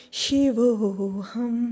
shivoham